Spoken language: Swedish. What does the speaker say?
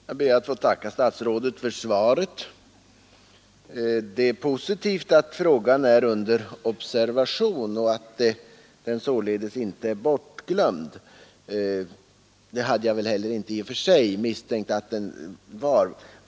Herr talman! Jag ber att få tacka statsrådet för svaret. Det är positivt att frågan är under observation och att den således inte är bortglömd. Det hade jag väl inte heller i och för sig misstänkt att den var.